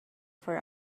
for